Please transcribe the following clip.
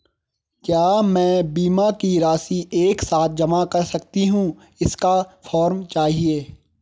क्या मैं बीमा की राशि एक साथ जमा कर सकती हूँ इसका फॉर्म चाहिए?